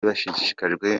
bashishikajwe